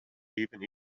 even